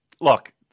Look